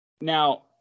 Now